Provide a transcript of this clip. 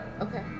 Okay